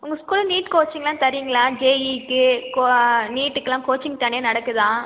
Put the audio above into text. உங்கள் ஸ்கூலில் நீட் கோச்சிங்கலாம் தர்றீங்களா ஜேஇக்கு கோ நீட்டுக்குலாம் கோச்சிங் தனியாக நடக்குதா